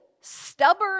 Stubborn